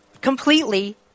completely